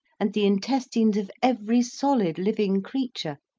and the intestines of every solid living creature,